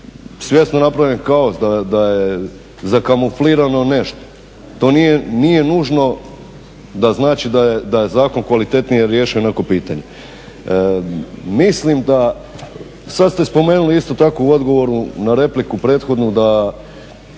svjesno napravljen kaos, da je zakamuflirano nešto. To nije nužno da znači da je zakon kvalitetnije riješio neko pitanje. Mislim da, sad ste spomenuli isto tako u odgovoru na repliku prethodnu, da